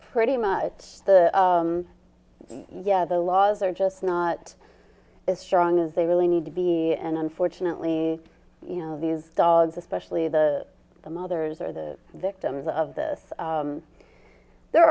pretty much yeah the laws are just not as strong as they really need to be and unfortunately you know these dogs especially the the mothers are the victims of this there